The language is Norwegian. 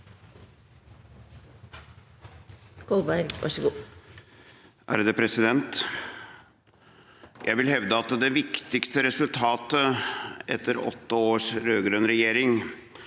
Jeg vil hevde at det viktigste resultatet etter åtte års rød-grønn regjering